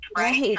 right